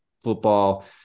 football